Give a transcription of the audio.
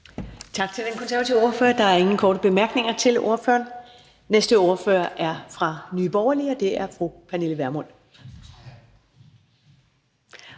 Tak til den konservative ordfører. Der er ingen korte bemærkninger til ordføreren. Næste ordfører er fra Nye Borgerlige, og det er fru Pernille Vermund.